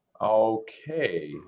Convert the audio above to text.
Okay